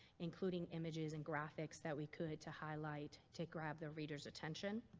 including images and graphics that we could to highlight to grab the reader's attention,